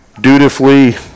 Dutifully